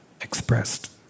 expressed